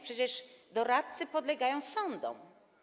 Przecież doradcy podlegają sądom.